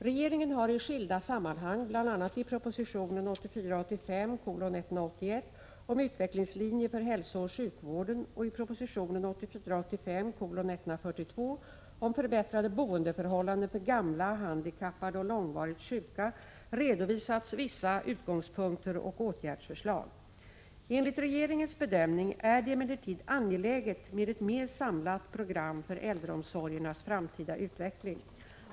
Regeringen har i skilda sammanhang, bl.a. i propositionen 1984 85:142 om förbättrade boendeförhållanden för gamla, handikappade och | långvarigt sjuka, redovisat vissa utgångspunkter och åtgärdsförslag. Enligt | regeringens bedömning är det emellertid angeläget med ett mer samlat 117 program för äldreomsorgernas framtida utveckling.